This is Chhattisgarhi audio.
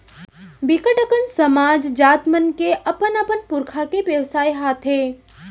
बिकट अकन समाज, जात मन के अपन अपन पुरखा के बेवसाय हाथे